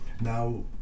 Now